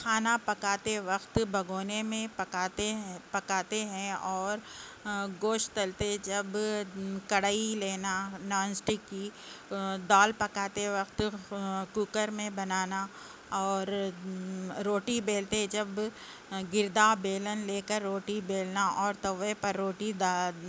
کھانا پکاتے وقت بگونے میں پکاتے ہیں پکاتے ہیں اور گوشت تلتے جب کڑھائی لینا نان اسٹک کی دال پکاتے وقت کوکر میں بنانا اور روٹی بیلتے جب گردا بیلن لے کر روٹی بیلنا اور توے پہ روٹی دا